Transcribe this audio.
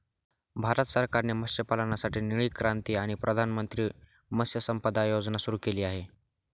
भारत सरकारने मत्स्यपालनासाठी निळी क्रांती आणि प्रधानमंत्री मत्स्य संपदा योजना सुरू केली आहे